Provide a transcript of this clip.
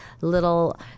little